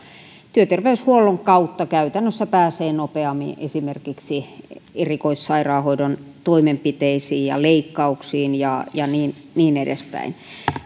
työterveyshuollon kautta käytännössä pääsee nopeammin esimerkiksi erikoissairaanhoidon toimenpiteisiin ja leikkauksiin ja ja niin niin edespäin